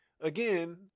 Again